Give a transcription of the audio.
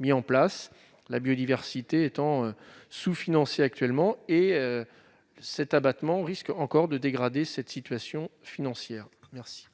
mis en place la biodiversité étant sous-financé actuellement et cet abattement risque encore de dégrader cette situation financière merci.